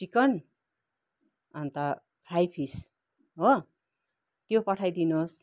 chicken अन्त हाई फिस हो त्यो पठाइदिनुहोस्